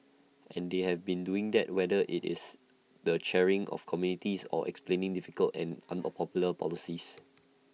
and they have been seen doing that whether IT is the chairing of committees or explaining difficult and unpopular policies